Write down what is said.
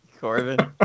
Corbin